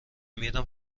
میرم